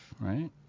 right